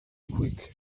quick